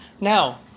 Now